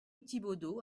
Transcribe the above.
thibaudeau